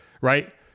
right